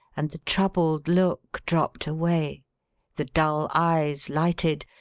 and the troubled look dropped away the dull eyes lighted,